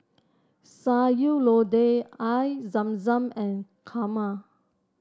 Sayur Lodeh Air Zam Zam and kurma